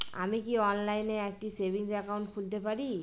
আমি কি অনলাইন একটি সেভিংস একাউন্ট খুলতে পারি?